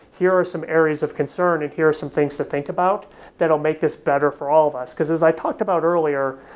here are some areas of concern, and here are some things to think about that will make this better for all of us. because as i talked about earlier,